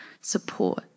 support